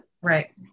Right